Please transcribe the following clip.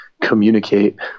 communicate